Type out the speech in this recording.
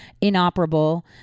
inoperable